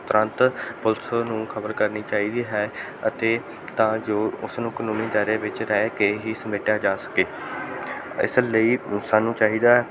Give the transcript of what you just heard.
ਤੁਰੰਤ ਪੁਲਿਸ ਨੂੰ ਖ਼ਬਰ ਕਰਨੀ ਚਾਹੀਦੀ ਹੈ ਅਤੇ ਤਾਂ ਜੋ ਉਸ ਨੂੰ ਕਾਨੂੰਨੀ ਦਾਇਰੇ ਵਿੱਚ ਰਹਿ ਕੇ ਹੀ ਸਮੇਟਿਆ ਜਾ ਸਕੇ ਇਸ ਲਈ ਸਾਨੂੰ ਚਾਹੀਦਾ